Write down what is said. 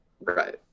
Right